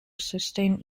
sustain